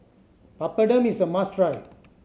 papadum is a must try